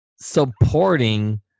supporting